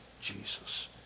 Jesus